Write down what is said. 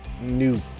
new